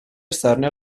esterne